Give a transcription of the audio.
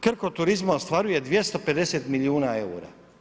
Krk od turizma ostvaruje 250 milijuna eura.